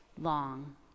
long